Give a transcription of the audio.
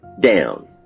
down